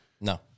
No